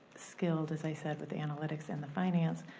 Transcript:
skilled, as i said, with analytics and the finance,